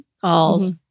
calls